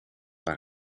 waar